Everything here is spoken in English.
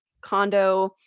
condo